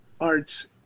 arts